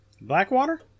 Blackwater